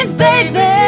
baby